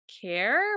care